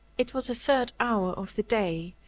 it was the third hour of the day,